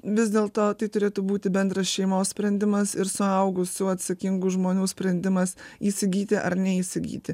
vis dėlto tai turėtų būti bendras šeimos sprendimas ir suaugusių atsakingų žmonių sprendimas įsigyti ar neįsigyti